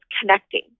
connecting